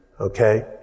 Okay